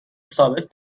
ثابت